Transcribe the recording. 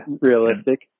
realistic